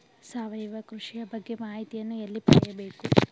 ಸಾವಯವ ಕೃಷಿಯ ಬಗ್ಗೆ ಮಾಹಿತಿಯನ್ನು ಎಲ್ಲಿ ಪಡೆಯಬೇಕು?